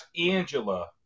Angela